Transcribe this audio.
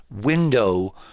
window